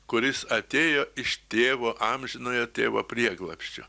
kuris atėjo iš tėvo amžinojo tėvo prieglobsčio